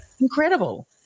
incredible